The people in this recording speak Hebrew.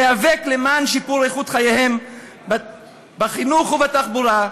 איאבק למען שיפור איכות חייהם בחינוך ובתחבורה,